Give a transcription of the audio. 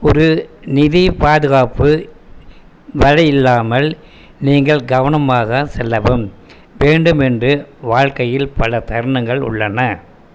ஒரு நிதி பாதுகாப்பு வலை இல்லாமல் நீங்கள் கவனமாக செல்லவும் வேண்டும் என்று வாழ்க்கையில் பல தருணங்கள் உள்ளன